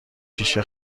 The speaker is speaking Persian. شیشه